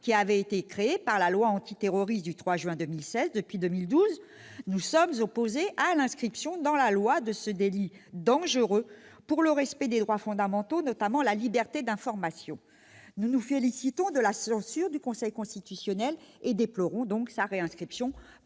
qui avait été créé par la loi antiterroriste du 3 juin 2016. Depuis 2012, nous sommes opposés à l'inscription dans la loi de ce délit dangereux pour le respect des droits fondamentaux, notamment la liberté d'information. Nous nous félicitions de la censure du Conseil constitutionnel et déplorons sa réinscription